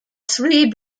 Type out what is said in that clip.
three